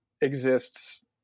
exists